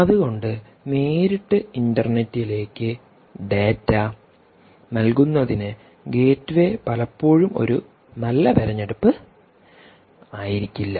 അതുകൊണ്ട് നേരിട്ട് ഇൻറർനെറ്റിലേക്ക് ഡാറ്റ നൽകുന്നതിന് ഗേറ്റ്വേ പലപ്പോഴും ഒരു നല്ല തിരഞ്ഞെടുപ്പ് ആയിരിക്കില്ല